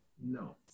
No